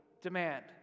demand